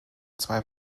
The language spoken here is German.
zwei